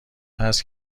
هست